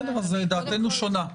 בסדר, אז דעתנו שונה.